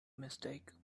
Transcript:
mistake